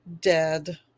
Dead